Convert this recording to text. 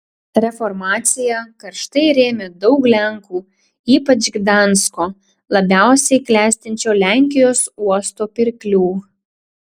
reformaciją karštai rėmė daug lenkų ypač gdansko labiausiai klestinčio lenkijos uosto pirklių